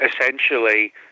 essentially